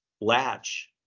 Latch